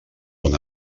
bon